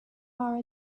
are